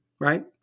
Right